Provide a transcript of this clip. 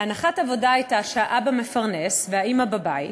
הנחת העבודה הייתה שהאבא מפרנס והאימא בבית,